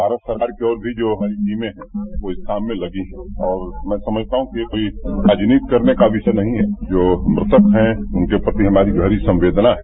भारत सरकार की और भी जो हमारी टीमें है वह इस काम में लगी हुई हैं और मैं समझता हूँ कि कोई राजनीति करने का विषय नही है जो मृतक हैं उनके प्रति हमारी गहरी संवेदना हैं